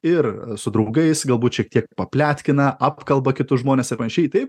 ir su draugais galbūt šiek tiek papletkina apkalba kitus žmones ir panašiai tai